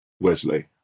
wesley